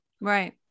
Right